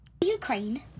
Ukraine